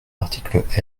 article